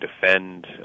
defend